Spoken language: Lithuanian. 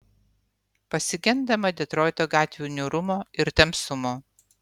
pasigendama detroito gatvių niūrumo ir tamsumo